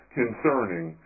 concerning